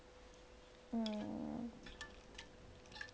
mm